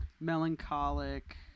Melancholic